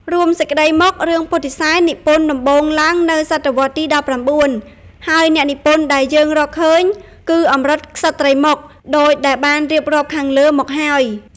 រួមសេចក្តីមករឿងពុទ្ធសែននិពន្ធដំបូងឡើងនៅស.វទី១៩ ហើយអ្នកនិពន្ធដែលយើងរកឃើញ គឺអម្រឹតក្សត្រីម៉ុក ដូចដែលបានរៀបរាប់ខាងលើមកហើយ។